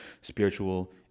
spiritual